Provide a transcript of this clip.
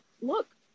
look